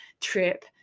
trip